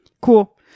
Cool